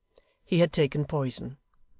he had taken poison.